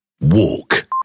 Walk